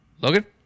Logan